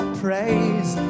praise